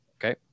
Okay